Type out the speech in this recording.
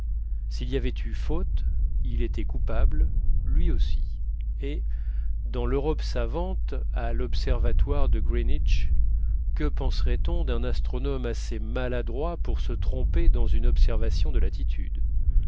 s'il y avait eu faute il était coupable lui aussi et dans l'europe savante à l'observatoire de greenwich que penserait on d'un astronome assez maladroit pour se tromper dans une observation de latitude